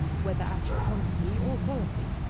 whether as to quantity or quality.